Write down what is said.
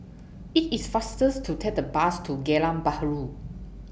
IT IS faster to Take The Bus to Geylang Bahru